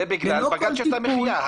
זה בגלל בג"ץ שטח מחיה.